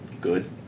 good